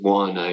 one